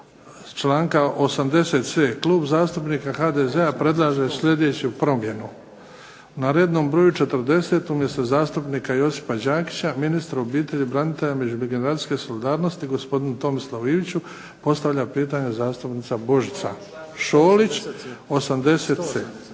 članka 180.c Klub zastupnika HDZ-a predlaže sljedeću promjenu. Na rednom broju 40. umjesto zastupnika Josipa Đakića ministru obitelji, branitelja, međugeneracijske solidarnosti gospodinu Tomislavu Iviću postavlja pitanje zastupnica Božića Šolić".